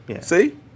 See